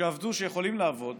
שיכולים לעבוד